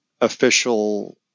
official